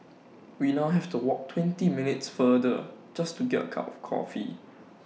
we now have to walk twenty minutes farther just to get A cup of coffee